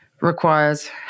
requires